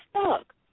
stuck